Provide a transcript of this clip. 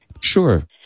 Sure